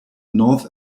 north